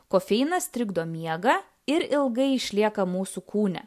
kofeinas trikdo miegą ir ilgai išlieka mūsų kūne